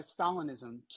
Stalinism